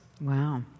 Wow